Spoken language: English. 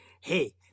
hey